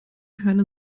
keine